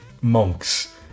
monks